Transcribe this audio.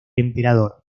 emperador